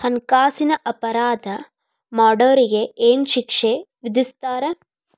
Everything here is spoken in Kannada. ಹಣ್ಕಾಸಿನ್ ಅಪರಾಧಾ ಮಾಡ್ದೊರಿಗೆ ಏನ್ ಶಿಕ್ಷೆ ವಿಧಸ್ತಾರ?